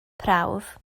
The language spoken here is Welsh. prawf